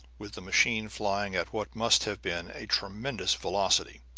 with the machine flying at what must have been a tremendous velocity.